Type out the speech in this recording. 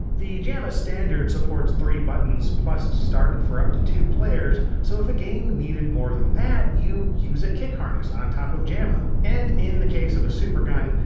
the jamma standard supports three buttons plus start for up to two players, so if a game needed more than that, you use a kick harness on top of jamma. and in the case of a supergun,